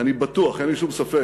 ואני בטוח, אין לי שום ספק,